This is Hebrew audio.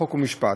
חוק ומשפט,